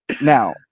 Now